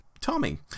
Tommy